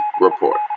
report